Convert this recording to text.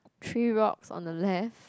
three rocks on the left